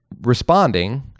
responding